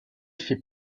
fait